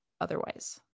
otherwise